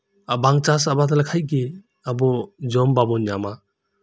ᱟᱨ ᱵᱟᱝ ᱪᱟᱥ ᱟᱵᱟᱫ ᱞᱮᱠᱷᱟᱡᱜᱤ ᱟᱵᱩ ᱡᱚᱢ ᱵᱟᱵᱩᱱ ᱧᱟᱢᱟ